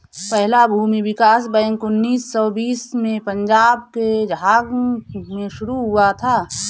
पहला भूमि विकास बैंक उन्नीस सौ बीस में पंजाब के झांग में शुरू हुआ था